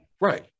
right